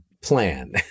plan